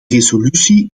resolutie